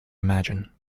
imagine